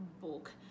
book